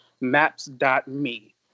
Maps.me